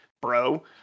bro